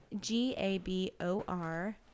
G-A-B-O-R